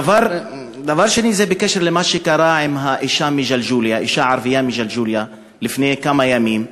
דבר שני הוא בקשר למה שקרה לאישה ערבייה מג'לג'וליה לפני כמה ימים.